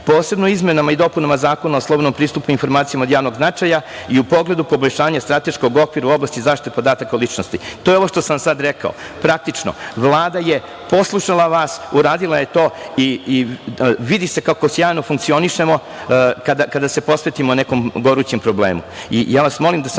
posebno izmenama i dopunama Zakona o slobodnom pristupu informacijama od javnog značaja i u pogledu poboljšanja strateškog okvira u oblasti zaštiti podataka o ličnosti“. To je ovo što sam sad rekao. Praktično, Vlada je poslušala vas, uradila je to i vidi se kako sjajno funkcionišemo kada se posvetimo nekom gorućem problemu.